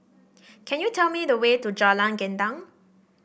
could you tell me the way to Jalan Gendang